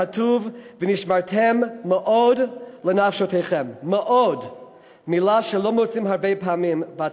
כתוב: "ונשמרתם מאד לנפשתיכם"; מאוד מילה שלא מוצאים הרבה פעמים בתורה.